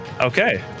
Okay